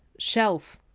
shelf.